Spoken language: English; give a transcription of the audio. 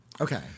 okay